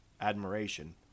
Admiration